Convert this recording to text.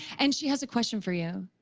and she has a question for you.